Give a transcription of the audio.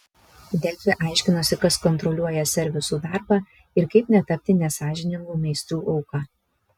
delfi aiškinosi kas kontroliuoja servisų darbą ir kaip netapti nesąžiningų meistrų auka